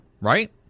right